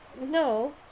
no